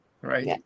right